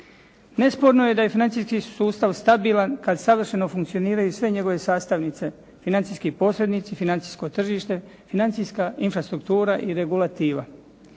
Nesporno je da je financijski sustav stabilan kad savršeno funkcioniraju sve njegove sastavnice. Financijski posrednici, financijsko tržište, financijska infrastrukutra i regulativa.